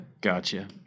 Gotcha